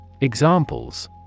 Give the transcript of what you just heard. Examples